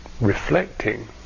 reflecting